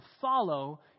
follow